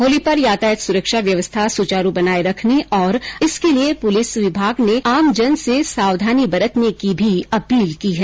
होली पर यातायात सुरक्षा व्यवस्था सुचारु बनाये रखने और इसके लिए पुलिस विभाग ने आमजन से सावधानी बरतने की भी अपील की है